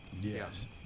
Yes